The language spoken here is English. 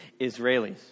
Israelis